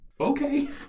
Okay